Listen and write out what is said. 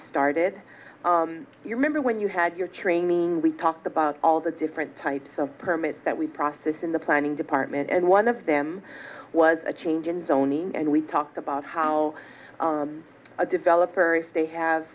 started you remember when you had your training we talked about all the different types of permits that we process in the planning department and one of them was a change in zone and we talked about how a developer